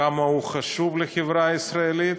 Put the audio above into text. כמה הוא חשוב לחברה הישראלית,